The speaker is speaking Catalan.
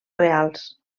reals